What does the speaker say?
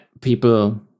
people